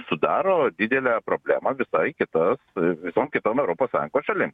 sudaro didelę problemą visai kitas visom kitom europos sąjungos šalim